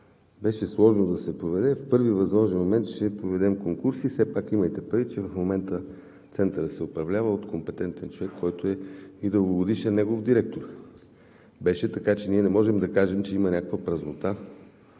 беше сложно да се проведе. В първия възможен момент ще проведем конкурси. Все пак имайте предвид, че в момента Центърът се управлява от компетентен човек, който беше и дългогодишен негов директор, така че не можем да кажем, че има някаква празнота